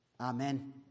Amen